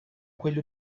quello